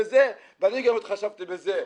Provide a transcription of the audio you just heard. ואני גם התחשבתי בזה,